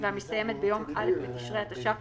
והמסתיימת ביום א' בתשרי התש"ף